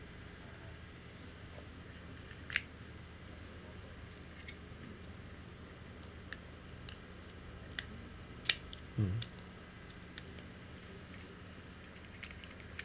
mm